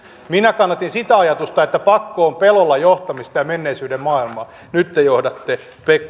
minä kannatin sitä ajatusta että pakko on pelolla johtamista ja menneisyyden maailmaa nyt te johdatte